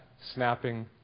snapping